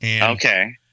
Okay